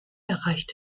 erreicht